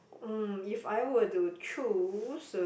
mm if I were to choose uh